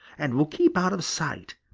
and will keep out of sight,